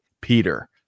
Peter